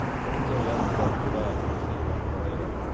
but until yesterday and today, i'd never seen what a tornado